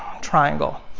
Triangle